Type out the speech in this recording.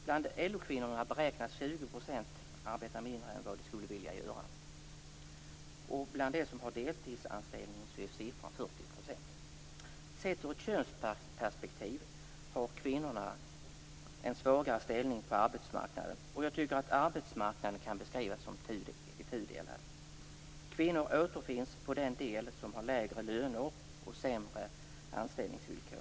Bland LO kvinnorna beräknas 20 % arbeta mindre än vad de skulle vilja göra, och bland dem som har deltidsanställning är siffran 40 %. Sett i ett könsperspektiv har kvinnorna en svagare ställning på arbetsmarknaden. Arbetsmarknaden kan beskrivas som tudelad. Kvinnor återfinns på den sida där man har lägre löner och sämre anställningsvillkor.